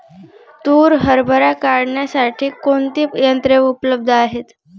तूर हरभरा काढण्यासाठी कोणती यंत्रे उपलब्ध आहेत?